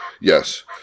Yes